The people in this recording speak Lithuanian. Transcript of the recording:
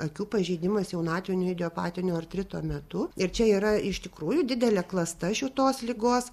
akių pažeidimas jaunatvinio idiopatinio artrito metu ir čia yra iš tikrųjų didelė klasta šitos ligos